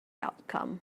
outcome